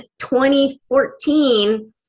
2014